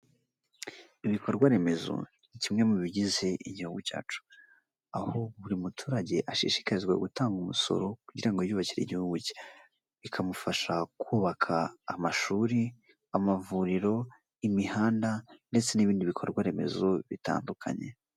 Ibikorwa remezo ni kimwe mu bigize igihugu cyacu, aho buri muturage ashishikazwa gutanga umusoro kugira ngo yiyubakire igihugu cye. Bikamufasha kubaka amashuri, amavuriro, imihanda, ndetse n'ibindi bikorwa remezo bitandukanye.